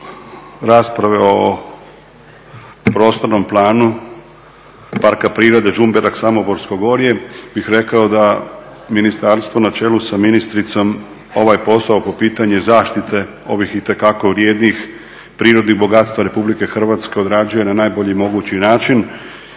rasprave o Prostornom planu Parka prirode Žumberak Samoborsko gorje bih rekao da ministarstvo na čelu sa ministricom ovaj posao po pitanju zaštite ovih itekako vrijednih prirodnih bogatstava RH odrađuje na najbolji mogući način